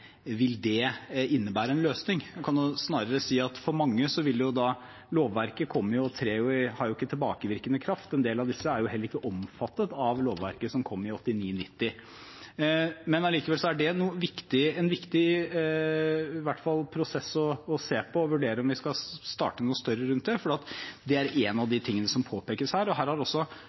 vil innebære en løsning for alle disse menneskene. Man kan snarere si at lovverket ikke har tilbakevirkende kraft, og en del av disse er heller ikke omfattet av lovverket som kom i 1989–1990. Men det er allikevel en viktig prosess å se på det og vurdere om vi skal starte noe større rundt det, fordi det er én av de tingene som påpekes her. Og kanskje er det sånn at rettspraksis har